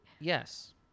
Yes